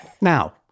Now